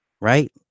right